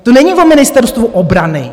To není o Ministerstvu obrany.